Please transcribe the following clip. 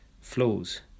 flows